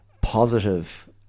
positive